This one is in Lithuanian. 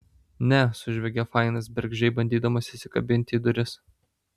ne sužviegė fainas bergždžiai bandydamas įsikabinti į duris